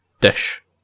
dish